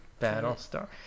Battlestar